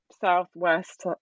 Southwest